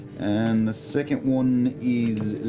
and the second one is